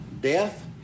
death